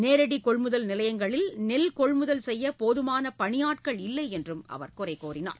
நேரடி கொள்முதல் நிலையங்களில் நெல் கொள்முதல் செய்ய போதுமான பணியாட்கள் இல்லை என்றும் அவர் குறை கூறினார்